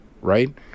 right